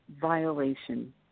violation